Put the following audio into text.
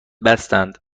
بستند